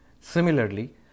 Similarly